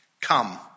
Come